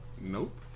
Nope